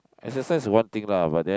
exercise is one thing lah but then